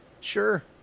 sure